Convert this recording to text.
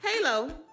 Halo